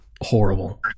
horrible